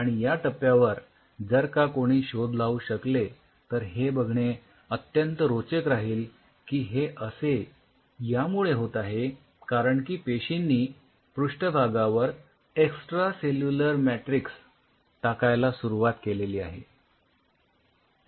आणि या टप्प्यावर जर का कोणी शोध लावू शकले तर हे बघणे अत्यंत रोचक राहील की हे असे यामुळे होत आहे कारण की पेशींनी पृष्ठभागावर एक्सट्रासेल्युलर मॅट्रिक्स टाकायला सुरुवात केलेली आहे